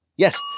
Yes